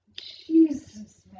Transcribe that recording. Jesus